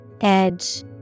Edge